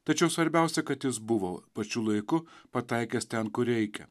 tačiau svarbiausia kad jis buvo pačiu laiku pataikęs ten kur reikia